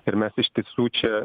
ir mes iš tiesų čia